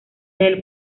del